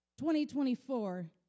2024